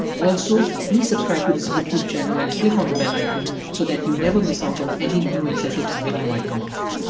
also, please subscribe to this youtube channel and click on the bell icon so that you never miss out on any new excel tips video i come up with.